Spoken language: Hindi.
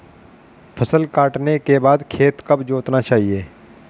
फसल काटने के बाद खेत कब जोतना चाहिये?